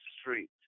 street